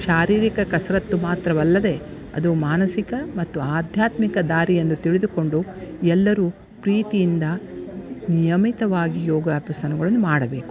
ಶಾರೀರಿಕ ಕಸರತ್ತು ಮಾತ್ರವಲ್ಲದೆ ಅದು ಮಾನಸಿಕ ಮತ್ತು ಆಧ್ಯಾತ್ಮಿಕ ಧಾರೆ ಎಂದು ತಿಳಿದುಕೊಂಡು ಎಲ್ಲರು ಪ್ರೀತಿಯಿಂದ ನಿಯಮಿತವಾಗಿ ಯೋಗಾಸನಗಳನ್ನು ಮಾಡಬೇಕು